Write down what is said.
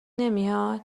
نمیاد